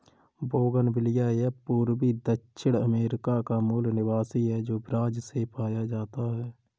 bougainvillea यह पूर्वी दक्षिण अमेरिका का मूल निवासी है, जो ब्राज़ से पाया जाता है